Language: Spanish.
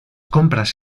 compras